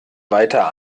weiter